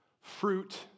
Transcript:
fruit